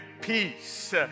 peace